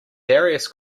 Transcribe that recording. darius